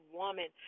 woman